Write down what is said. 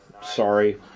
sorry